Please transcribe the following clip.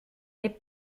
les